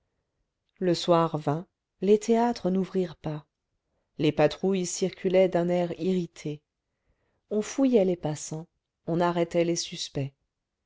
le soir vint les théâtres n'ouvrirent pas les patrouilles circulaient d'un air irrité on fouillait les passants on arrêtait les suspects